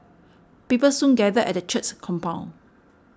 people soon gathered at the church's compound